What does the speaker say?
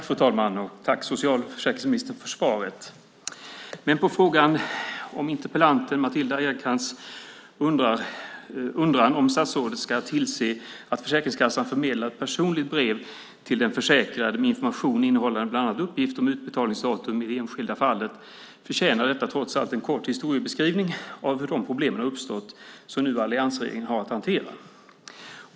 Fru talman! Interpellanten Matilda Ernkrans undran om statsrådet ska tillse att Försäkringskassan förmedlar ett personligt brev till den försäkrade med information innehållande bland annat uppgifter om utbetalningsdatum i det enskilda fallet förtjänar trots allt en kort historiebeskrivning av hur de problem har uppstått som alliansregeringen nu har att hantera.